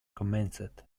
commenced